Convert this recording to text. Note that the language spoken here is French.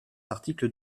articles